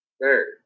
Third